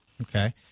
Okay